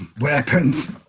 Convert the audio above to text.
weapons